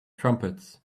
trumpets